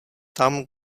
tam